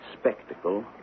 spectacle